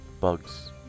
bugs